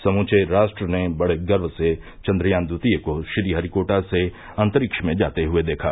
समुवे राष्ट्र ने बड़े गर्व से चंद्रयान ट्टितीय को श्रीहरिकोटा से अंतरिक्ष में जाते हए देखा